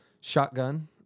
shotgun